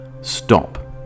stop